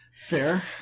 Fair